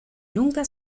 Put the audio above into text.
nunca